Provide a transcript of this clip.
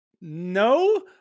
No